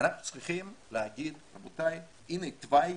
אנחנו צריכים להגיד: רבותיי, הנה התוואי,